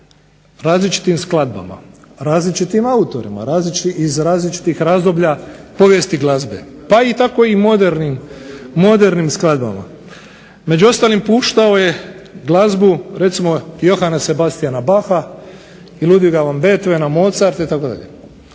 različitim skladbama, različitim autorima iz različitih razdoblja povijesti glazbe, pa tako i modernim skladbama. Među ostalim puštao je glazbu recimo Johana Sebastiana Bacha, Ludwiga van Beethovena, Mozarta itd.